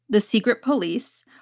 the secret police,